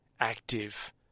active